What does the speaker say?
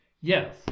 yes